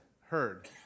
heard